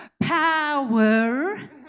power